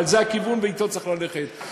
אבל זה הכיוון וצריך ללכת אתו.